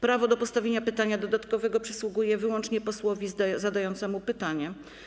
Prawo do postawienia pytania dodatkowego przysługuje wyłącznie posłowi zadającemu pytanie.